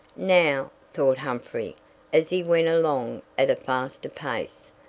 now, thought humphrey as he went along at a faster pace,